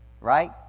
right